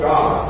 God